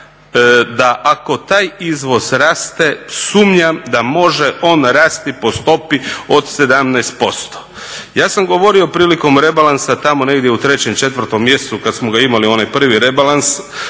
da ako taj izvoz raste sumnjam da može on rasti po stopi od 17%. Ja sam govorio prilikom rebalansa tamo negdje u 3., 4. mjesecu kad smo ga imali, onaj prvi rebalans,